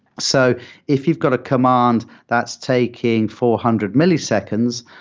so if you've got a command that's taking four hundred milliseconds,